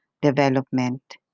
development